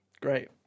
Great